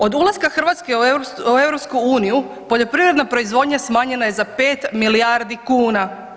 Od ulaska Hrvatske u EU poljoprivredna proizvodnja smanjenja je za 5 milijardi kuna.